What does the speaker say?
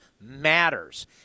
matters